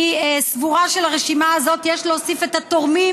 אני סבורה שלרשימה הזאת יש להוסיף את התורמים